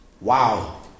Wow